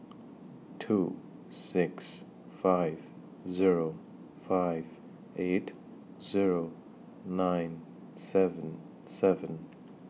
two six five Zero five eight Zero nine seven seven